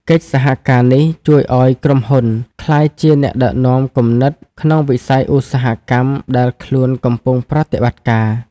កិច្ចសហការនេះជួយឱ្យក្រុមហ៊ុនក្លាយជាអ្នកដឹកនាំគំនិតក្នុងវិស័យឧស្សាហកម្មដែលខ្លួនកំពុងប្រតិបត្តិការ។